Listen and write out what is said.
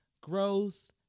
growth